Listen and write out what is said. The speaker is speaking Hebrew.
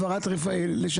בגליל.